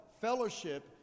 Fellowship